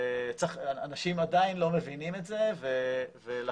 אנשים עדיין לא מבינים את זה ולכן